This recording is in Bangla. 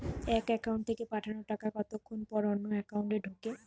এক একাউন্ট থেকে পাঠানো টাকা কতক্ষন পর অন্য একাউন্টে ঢোকে?